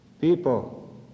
People